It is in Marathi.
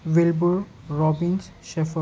Wilbur Robbins Schafer